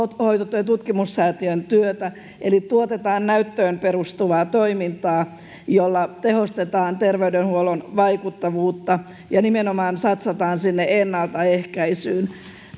hoitotyön tutkimussäätiön työtä eli tuotetaan näyttöön perustuvaa toimintaa jolla tehostetaan terveydenhuollon vaikuttavuutta ja nimenomaan satsataan sinne ennaltaehkäisyyn